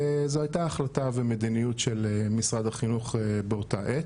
זו הייתה ההחלטה ומדיניות של משרד החינוך באותה העת,